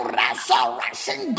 resurrection